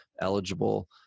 eligible